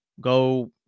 go